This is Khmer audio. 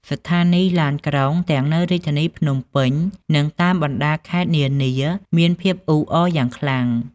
ស្ថានីយ៍ឡានក្រុងទាំងនៅរាជធានីភ្នំពេញ និងតាមបណ្តាខេត្តនានាមានភាពអ៊ូអរយ៉ាងខ្លាំង។